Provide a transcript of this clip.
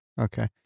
okay